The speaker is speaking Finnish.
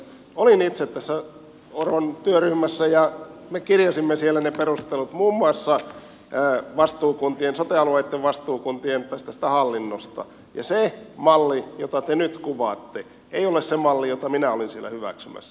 olin itse tässä orpon työryhmässä ja me kirjasimme siellä ne perustelut muun muassa tästä sote alueitten vastuukuntien hallinnosta ja se malli jota te nyt kuvaatte ei ole se malli jota minä olin siellä hyväksymässä